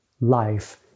life